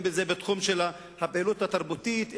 אם בתחום של הפעילות התרבותית,